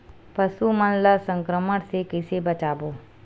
पशु मन ला संक्रमण से कइसे बचाबो?